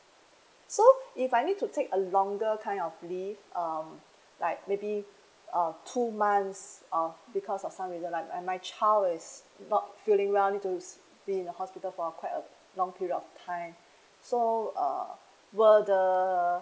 so if I need to take a longer kind of leave um like maybe uh two months uh because of some reasons like uh my child is not feeling well need to be in the hospital for quite a long period of time so uh were the